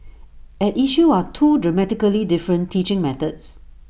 at issue are two dramatically different teaching methods